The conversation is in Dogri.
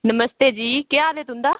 नमसते जी केह् हाल ऐ तुंदा